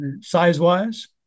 size-wise